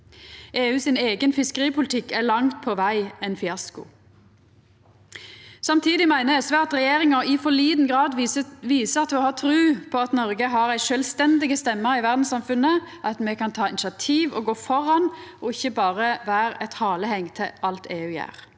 EUs eigen fiskeripolitikk er langt på veg ein fiasko. Samtidig meiner SV at regjeringa i for lita grad viser at ho har tru på at Noreg har ei sjølvstendig stemme i verdssamfunnet, at me kan ta initiativ og gå føre, ikkje berre vera eit haleheng til alt EU gjer.